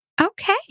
Okay